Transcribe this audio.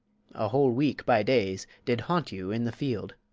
a whole week by days, did haunt you in the field.